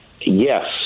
Yes